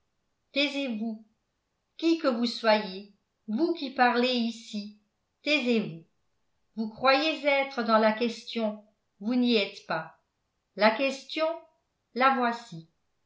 taisez-vous qui que vous soyez vous qui parlez ici taisez-vous vous croyez être dans la question vous n'y êtes pas la question la voici